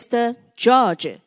Mr.George